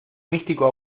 místico